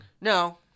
No